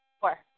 four